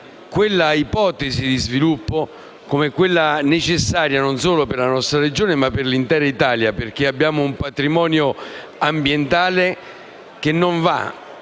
questa ipotesi di sviluppo come necessaria non solo per la nostra Regione, ma per l'intera Italia, perché abbiamo un patrimonio ambientale che non va